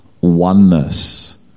Oneness